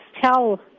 tell